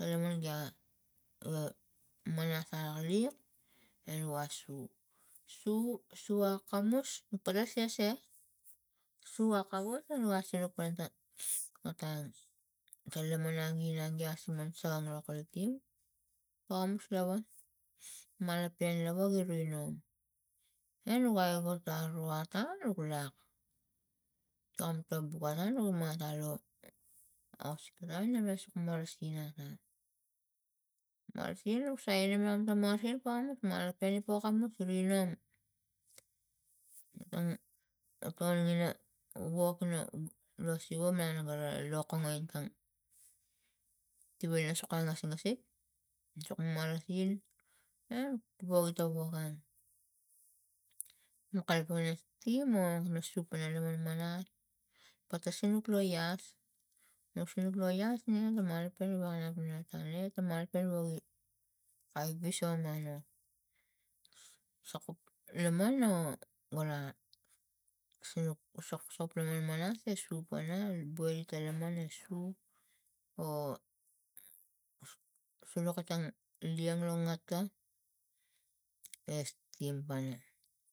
A laman gia ga manas agaliak e nu asu, su su akamus taga siase su akamus a nua sinuk pana ta otang ta lamanang inang inang gia sini sokam ro pana tim pakamus lava malopen lava igi inung enu gai aigot aro atang nuk lak tomta buk atang nu gima atong lo ausik tana nuk sok marasin atong, marasin nuk sainim mam ta marasin aneng nuk malopen pokamus rigi inong ina tang, tangina wokno no siva manang gura lokongo itang tiva ina sok angasgasik, soko marasin e poga tiga wokang nu kalapang ina stim o na su pana limam manas pata sinuk lo ias nuk sinuk lo ias ni no malopen wewakanap otang e ta malopen woge aipus san amo sokup laman a walang sinuk soksok laman manas e sup pana boile ta laman na su o sinuk etang liang lo ngata e stim pana